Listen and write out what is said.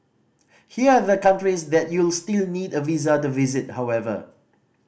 here are the countries that you'll still need a visa to visit however